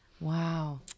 Wow